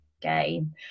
game